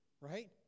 right